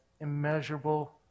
immeasurable